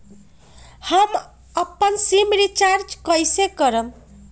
हम अपन SIM recharge कइसे करम?